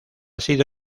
sido